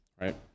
right